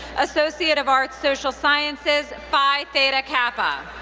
associate of arts, social sciences, phi theta kappa.